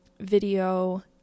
video